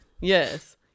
Yes